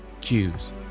cues